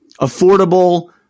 affordable